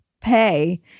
pay